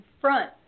front